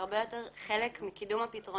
הרבה יותר חלק מקידום הפתרונות